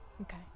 Okay